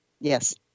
Yes